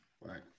Right